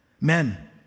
Men